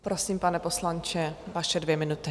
Prosím, pane poslanče, vaše dvě minuty.